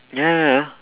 ya ya ya